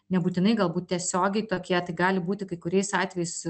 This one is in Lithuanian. nebūtinai galbūt tiesiogiai tokie tai gali būti kai kuriais atvejais